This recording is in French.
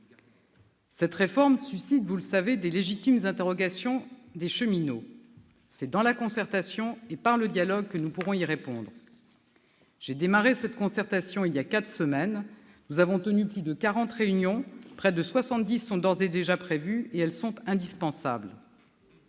Cette réforme suscite, vous le savez, de légitimes interrogations chez les cheminots. C'est dans la concertation et par le dialogue que nous pourrons y répondre. J'ai démarré cette concertation voilà quatre semaines. Nous avons déjà tenu plus de quarante réunions, près de soixante-dix sont d'ores et déjà prévues, et elles sont indispensables.